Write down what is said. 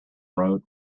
wrote